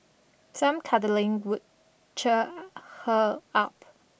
some cuddling would cheer her up